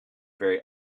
very